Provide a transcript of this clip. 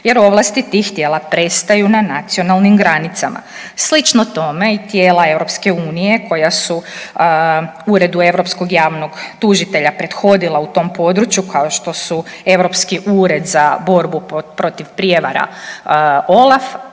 jer ovlasti tih tijela prestaju na nacionalnim granicama. Slično tome i tijela EU koja su Uredu europskog javnog tužitelja prethodila u tom području, kao što su Europski ured za borbu protiv prijevara-OLAF,